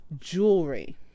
jewelry